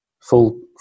full